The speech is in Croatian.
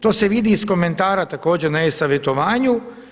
To se vidi iz komentara također na e savjetovanju.